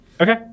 Okay